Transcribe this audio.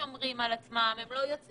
שומרים על עצמם, חוץ